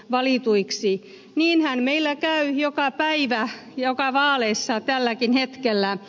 niinhän meillä käy joka päivä joka vaaleissa tälläkin hetkellä